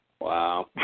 Wow